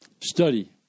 Study